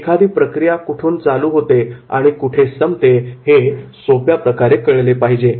एखादी प्रक्रिया कुठून चालू होते आणि कुठे संपते हे सोप्या प्रकारे कळले पाहिजे